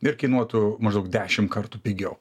ir kainuotų maždaug dešim kartų pigiau